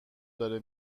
داره